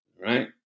right